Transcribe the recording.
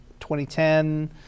2010